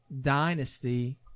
Dynasty